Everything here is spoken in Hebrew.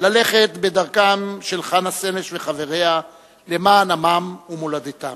ללכת בדרכם של חנה סנש וחבריה למען עמם ומולדתם.